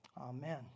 Amen